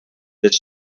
this